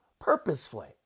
purposefully